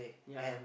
ya